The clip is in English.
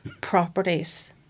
properties